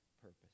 purpose